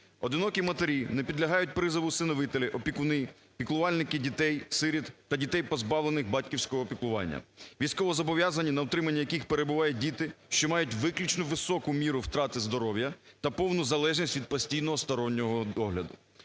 одинокі матері, не підлягають призову усиновителі, опікуни, піклувальники дітей-сиріт та дітей позбавлених батьківського піклування, військовозобов'язані, на утриманні яких перебувають діти, що мають виключно високу міру втрати здоров'я та повну залежність від постійного стороннього догляду.